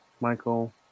michael